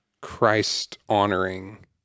Christ-honoring